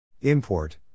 Import